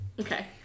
Okay